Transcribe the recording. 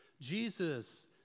Jesus